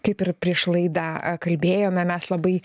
kaip ir prieš laidą kalbėjome mes labai